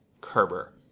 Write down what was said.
Kerber